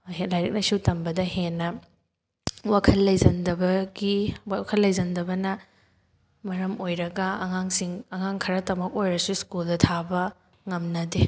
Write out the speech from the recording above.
ꯂꯥꯏꯔꯤꯛ ꯂꯥꯏꯁꯨ ꯇꯝꯕꯗ ꯍꯦꯟꯅ ꯋꯥꯈꯜ ꯂꯩꯁꯟꯗꯕꯒꯤ ꯋꯥꯈꯜ ꯂꯩꯁꯟꯗꯕꯅ ꯃꯔꯝ ꯑꯣꯏꯔꯒ ꯑꯉꯥꯡꯁꯤꯡ ꯑꯉꯥꯡ ꯈꯔꯇꯃꯛ ꯑꯣꯏꯔꯁꯨ ꯁ꯭ꯀꯨꯜꯗ ꯊꯥꯕ ꯉꯝꯅꯗꯦ